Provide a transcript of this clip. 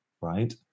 Right